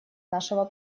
нашего